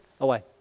away